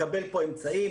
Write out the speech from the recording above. מקבל פה אמצעים,